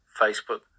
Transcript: Facebook